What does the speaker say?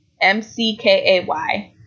M-C-K-A-Y